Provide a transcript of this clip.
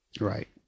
Right